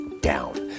down